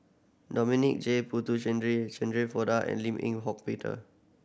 Dominic J Shirin Fozdar and Lim Eng Hock Peter